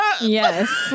Yes